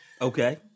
Okay